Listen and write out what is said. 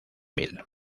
mil